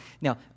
Now